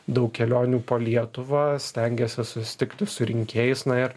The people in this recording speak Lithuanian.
daug kelionių po lietuvą stengiasi susitikti su rinkėjais na ir